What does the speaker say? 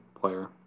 player